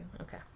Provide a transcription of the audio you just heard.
Okay